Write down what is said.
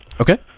Okay